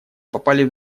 попали